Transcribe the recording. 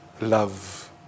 love